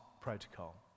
protocol